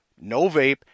no-vape